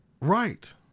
Right